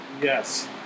yes